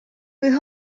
kui